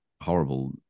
horrible